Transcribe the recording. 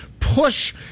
Push